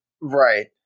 Right